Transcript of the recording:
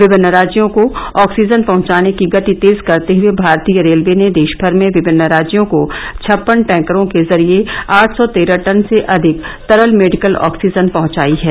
विभिन्न राज्यों को ऑक्सीजन पहंचाने की गति तेज करते हए भारतीय रेलवे ने देशभर में विभिन्न राज्यों को छप्पन टैंकरों के जरिए आठ सौ तेरह टन से अधिक तरल मेडिकल ऑक्सीजन पहचाई है